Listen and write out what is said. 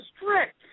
strict